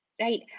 right